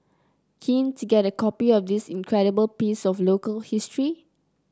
keen to get a copy of this incredible piece of local history